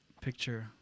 picture